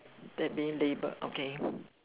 that they label okay